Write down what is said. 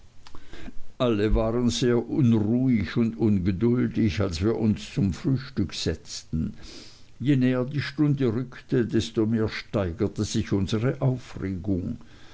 alle sehr unruhig und ungeduldig als wir uns zum frühstück setzten je näher die stunde rückte desto mehr steigerte sich unsere aufregung